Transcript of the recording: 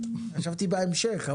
חשבתי בהמשך,